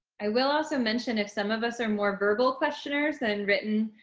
i will also mention if some of us are more verbal questioners and written,